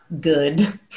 good